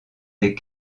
des